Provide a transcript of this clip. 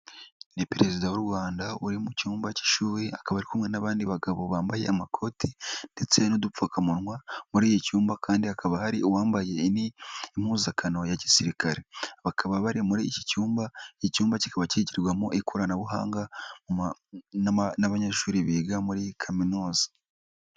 Ni perezida w'u Rwanda uri mu cyumba cy'ishuri akaba ari kumwe n'abandi bagabo bambaye amakoti ndetse n'udupfukamunwa muri iki cyumba kandi hakaba hari uwambaye impuzankano ya gisirikare bakaba bari muri iki cyumba iki cyumba kikaba kigirwarwamo ikoranabuhanga n'abanyeshuri biga muri kaminuza.